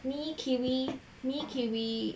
me kiwi me kiwi